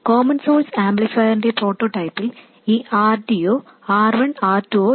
common source ആംപ്ലിഫയറിന്റ പ്രോട്ടോടൈപ്പിൽ ഈ R d യൊ R1 R2 ഓ ഇല്ല